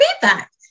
feedback